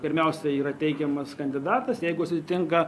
pirmiausia yra teikiamas kandidatas jeigu jis atitinka